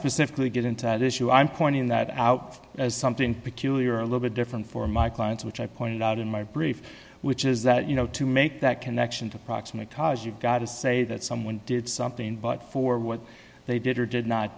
specifically get into that issue i'm pointing that out as something peculiar a little bit different for my clients which i pointed out in my brief which is that you know to make that connection to proximate cause you've got to say that someone did something but for what they did or did not